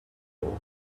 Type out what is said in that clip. world